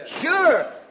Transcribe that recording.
Sure